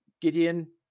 Gideon